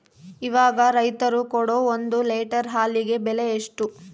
ಇವಾಗ ರೈತರು ಕೊಡೊ ಒಂದು ಲೇಟರ್ ಹಾಲಿಗೆ ಬೆಲೆ ಎಷ್ಟು?